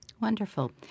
wonderful